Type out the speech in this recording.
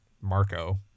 Marco